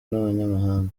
n’abanyamahanga